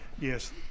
Yes